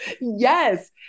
Yes